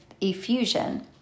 effusion